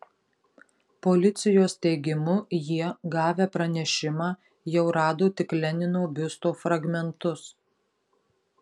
policijos teigimu jie gavę pranešimą jau rado tik lenino biusto fragmentus